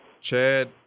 Chad